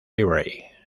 library